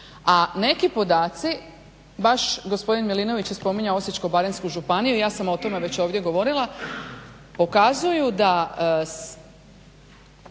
A neki podaci, baš gospodin Milinović je spominjao Osječko-baranjsku županiju i ja sam o tome već ovdje govorila, pokazuju da